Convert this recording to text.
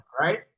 right